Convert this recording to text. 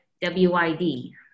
w-i-d